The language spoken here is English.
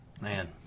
man